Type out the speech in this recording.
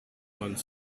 one